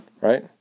Right